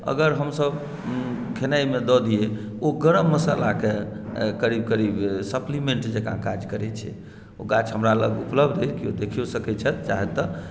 अगर हमसभ खेनाइमे दऽ दियै ओ गर्म मसालाके करीब करीब सप्लीमेन्ट जकाँ काज करै छै ओ गाछ हमरा लग उपलब्ध अहि केओ देखियो सकै छथि चाहथि तऽ